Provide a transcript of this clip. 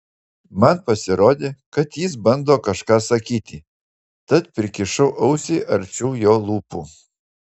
man pasirodė kad jis bando kažką sakyti tad prikišau ausį arčiau jo lūpų